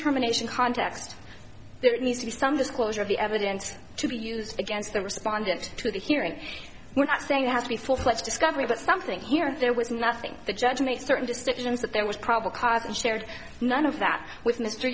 a nation context there needs to be some disclosure of the evidence to be used against the respondent to the hearing we're not saying it has to be a full fledged discovery but something here and there was nothing the judge made certain distinctions that there was probable cause and shared none of that with mr